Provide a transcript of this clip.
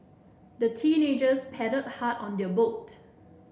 the teenagers paddled hard on their boat